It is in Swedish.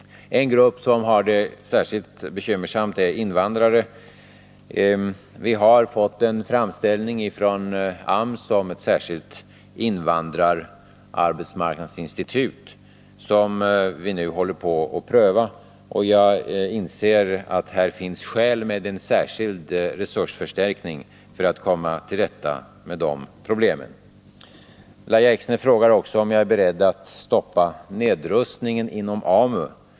En grupp som har det särskilt bekymmersamt är invandrare. Vi har fått en framställning från AMS om ett särskilt invandrararbetsmarknadsinstitut. Vi håller nu på och prövar den. Jag inser att det finns skäl för en särskild resursförstärkning för att komma till rätta med de problemen. Lahja Exner frågade också om jag är beredd att stoppa nedrustningen inom AMU.